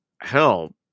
hell